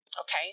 Okay